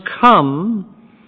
come